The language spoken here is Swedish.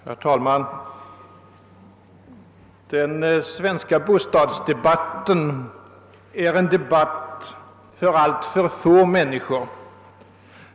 Herr talman! Den svenska bostadsdebatten är en debatt för alltför få människor.